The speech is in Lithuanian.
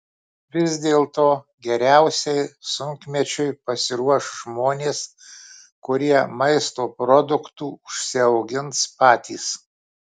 vis dėlto geriausiai sunkmečiui pasiruoš žmonės kurie maisto produktų užsiaugins patys